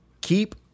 keep